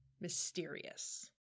mysterious